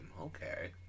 Okay